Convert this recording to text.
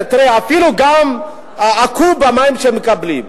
אפילו גם קוב המים שהם מקבלים,